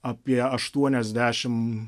apie aštuoniasdešim